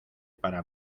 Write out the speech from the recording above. para